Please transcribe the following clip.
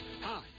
Hi